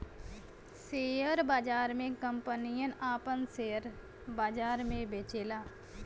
share बाजार मे कंपनियन आपन सेअर बाजार मे बेचेला